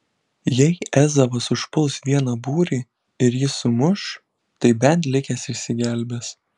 jei ezavas užpuls vieną būrį ir jį sumuš tai bent likęs išsigelbės